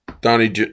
Donnie